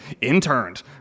interned